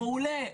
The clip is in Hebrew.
מעולה,